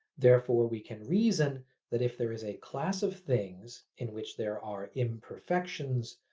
therefore we can reason that if there is a class of things in. which there are imperfections,